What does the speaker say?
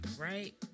right